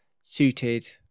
suited